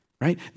right